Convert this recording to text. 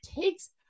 takes